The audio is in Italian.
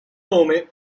nome